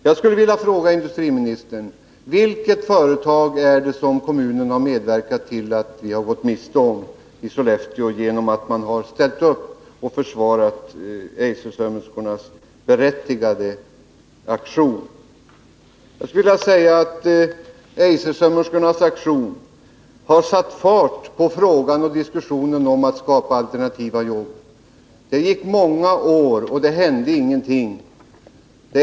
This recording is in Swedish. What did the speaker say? Jag vill fråga industriministern: Vilket företag har kommunen medverkat till att vi i Sollefteå har gått miste om genom att kommunen ställt upp och försvarat Eisersömmerskornas berättigade aktion? Deras aktion har satt fart på diskussionen om att skapa alternativa jobb. Det gick många år då ingenting hände.